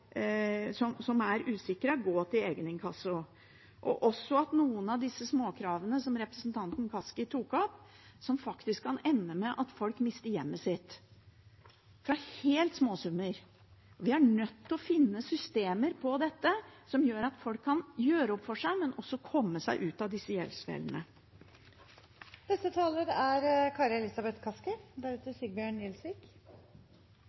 til egeninkasso. Også noen av disse småkravene, som representanten Kaski tok opp, kan faktisk ende med at folk mister hjemmet sitt. Det er småsummer. Vi er nødt til å finne systemer for dette som gjør at folk kan gjøre opp for seg, men også komme seg ut av disse gjeldsfellene. Som flere har vært inne på, er